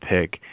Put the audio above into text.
pick